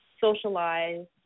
socialize